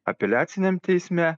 apeliaciniam teisme